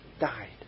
died